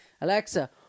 Alexa